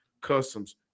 Customs